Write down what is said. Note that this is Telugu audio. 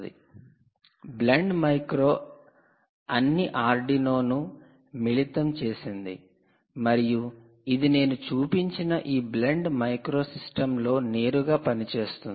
'బ్లెండ్ మైక్రో' 'Blend micro' అన్ని 'ఆర్డునో' 'Arduino' ను మిళితం చేసింది మరియు ఇది నేను చూపించిన ఈ బ్లెండ్ మైక్రోసిస్టమ్లో నేరుగా పని చేస్తుంది